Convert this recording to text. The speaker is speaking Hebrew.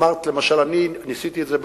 אמרת למשל, אני ניסיתי את זה בעבר,